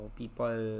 people